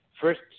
First